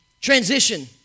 transition